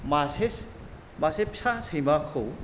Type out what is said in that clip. मासे मासे फिसा सैमाखौ